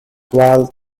wild